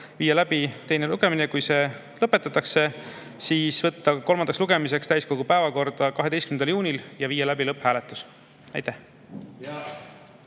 viia läbi teine lugemine ja kui see lõpetatakse, siis võtta eelnõu kolmandaks lugemiseks täiskogu päevakorda 12. juunil ja viia läbi lõpphääletus. Aitäh!